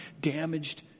damaged